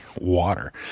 water